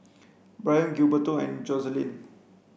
Brien Gilberto and Joselin